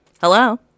Hello